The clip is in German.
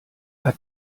hat